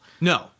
No